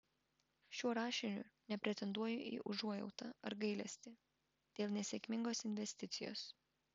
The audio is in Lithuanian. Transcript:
šiuo rašiniu nepretenduoju į užuojautą ar gailestį dėl nesėkmingos investicijos